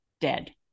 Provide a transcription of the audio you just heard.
dead